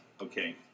Okay